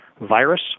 virus